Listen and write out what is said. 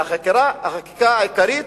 שהיא החקיקה העיקרית,